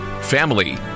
family